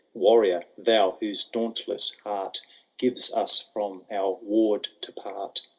warrior! thou, whose dauntless heart gives us from our ward to part.